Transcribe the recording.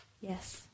Yes